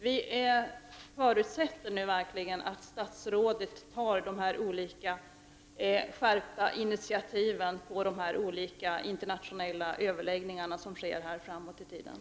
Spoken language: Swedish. Vi förutsätter verkligen att statsrådet tar upp dessa olika skärpta initiativ i de internationella överläggningar som kommer att ske framöver.